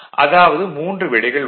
அதனால் மூன்று விடைகள் வரும்